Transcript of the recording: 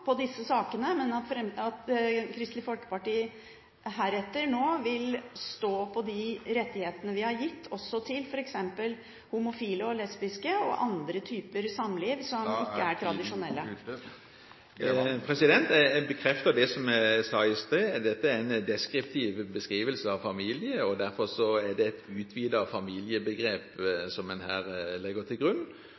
på de rettighetene vi har gitt til også f.eks. homofile, lesbiske og andre typer samliv som ikke er tradisjonelle. Jeg bekrefter det som jeg sa i sted: Dette er en deskriptiv beskrivelse av «familie», og derfor er det et utvidet familiebegrep